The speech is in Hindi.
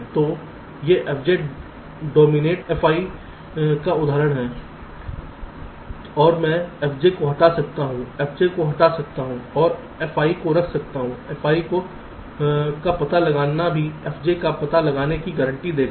तो ये fj डोमिनटेस fu का उदाहरण हैं और मैं fj को हटा सकता हूं fj को हटा सकता हूं और fi को रख सकता हूं fi का पता लगाना भी fj का पता लगाने की गारंटी देगा